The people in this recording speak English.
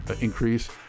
increase